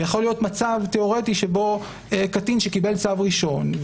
ויכול להיות מצב תיאורטי שבו קטין שקיבל צו ראשון,